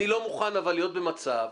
אבל אני לא מוכן להיות במצב,